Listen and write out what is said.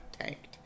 tanked